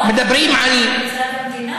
המדינה.